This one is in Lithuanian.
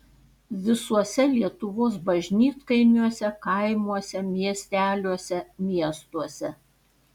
visuose lietuvos bažnytkaimiuose kaimuose miesteliuose miestuose